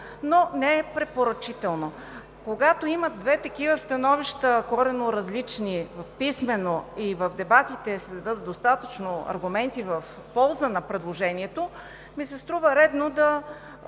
но не е препоръчително. Когато има две такива коренно различни становища писмено и в дебатите се дадат достатъчно аргументи в полза на предложението, ми се струва редно да